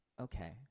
Okay